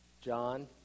John